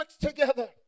together